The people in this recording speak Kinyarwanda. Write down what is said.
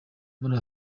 muri